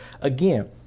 again